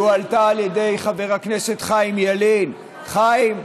היא הועלתה על ידי חבר הכנסת חיים ילין, חיים,